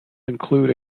include